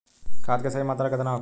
खाद्य के सही मात्रा केतना होखेला?